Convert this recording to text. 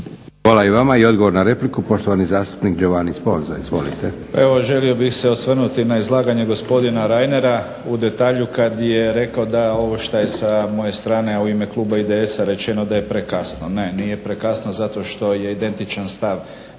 Hvala lijepa. I odgovor na repliku, poštovani zastupnik Giovanni Sponza.